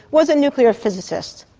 was a nuclear physicist.